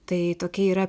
tai tokia yra